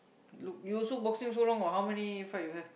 look you also boxing so long what how many fight you have